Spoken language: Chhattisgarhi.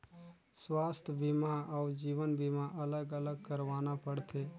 स्वास्थ बीमा अउ जीवन बीमा अलग अलग करवाना पड़थे?